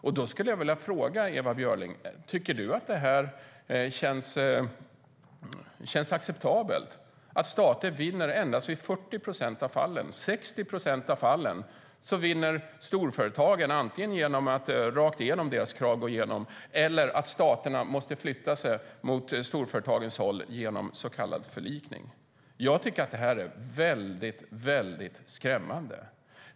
Då skulle jag vilja fråga dig, Ewa Björling: Tycker du att det känns acceptabelt att i endast 40 procent av fallen vinner stater och att i 60 procent av fallen vinner storföretagen, antingen genom att deras krav går igenom direkt eller genom att staterna måste flytta sig mot storföretagens håll genom så kallad förlikning? Jag tycker att det här är väldigt skrämmande.